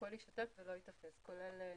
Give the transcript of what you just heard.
הכל יישטף ולא ייתפס, כולל נגיפים.